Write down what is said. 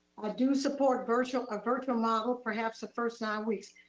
i do support virtual, a virtual model, perhaps the first nine weeks.